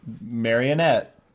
marionette